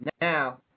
Now